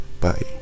Bye